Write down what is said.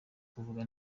kuvuga